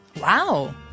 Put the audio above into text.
Wow